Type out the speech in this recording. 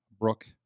Brooke